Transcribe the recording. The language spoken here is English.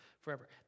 forever